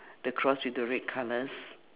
the cross with the red colours